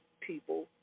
people